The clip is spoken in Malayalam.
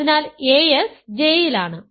അതിനാൽ as J ൽ ആണ്